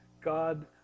God